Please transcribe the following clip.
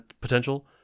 potential